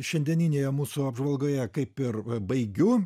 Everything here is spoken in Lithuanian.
šiandieninėje mūsų apžvalgoje kaip ir baigiu